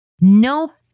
Nope